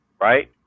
right